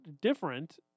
different